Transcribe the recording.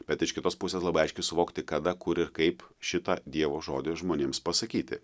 bet iš kitos pusės labai aiškiai suvokti kada kur ir kaip šitą dievo žodį žmonėms pasakyti